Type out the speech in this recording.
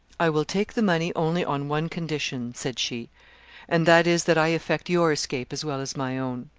i will take the money only on one condition, said she and that is, that i effect your escape as well as my own.